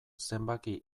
zenbaki